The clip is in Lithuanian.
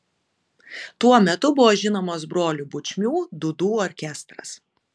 tuo metu buvo žinomas brolių bučmių dūdų orkestras